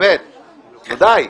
די.